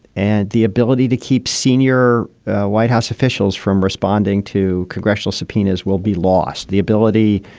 and the ability to keep senior white house officials from responding to congressional subpoenas will be lost. the ability